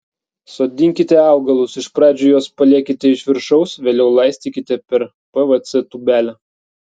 sodinkite augalus iš pradžių juos paliekite iš viršaus vėliau laistykite per pvc tūbelę